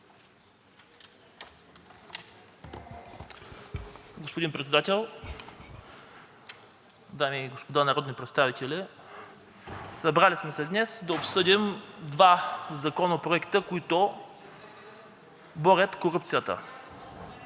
Господин Председател, дами и господа народни представители! Днес сме се събрали, за да обсъдим два законопроекта, които борят корупцията.